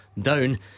down